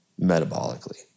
metabolically